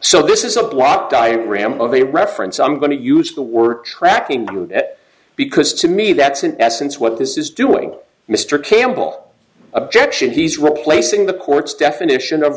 so this is a block diagram of a reference i'm going to use the work tracking prove that because to me that's in essence what this is doing mr campbell objection he's replacing the court's definition of